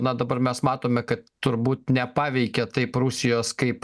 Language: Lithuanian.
na dabar mes matome kad turbūt nepaveikė taip rusijos kaip